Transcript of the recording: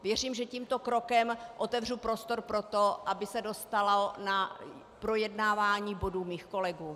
Věřím, že tímto krokem otevřu prostor pro to, aby se dostalo na projednávání bodů mých kolegů.